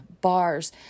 bars